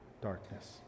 darkness